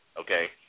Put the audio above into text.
okay